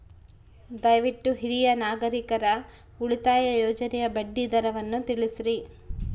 ದಯವಿಟ್ಟು ಹಿರಿಯ ನಾಗರಿಕರ ಉಳಿತಾಯ ಯೋಜನೆಯ ಬಡ್ಡಿ ದರವನ್ನು ತಿಳಿಸ್ರಿ